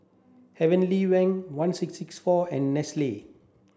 Heavenly Wang one six six four and Nestle